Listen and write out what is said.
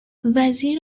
وزیر